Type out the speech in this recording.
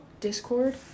Discord